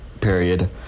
period